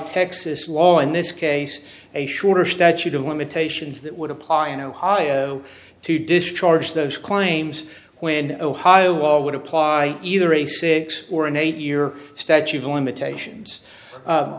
texas law in this case a shorter statute of limitations that would apply in ohio to discharge those claims when ohio would apply either a six or an eight year statute of limitations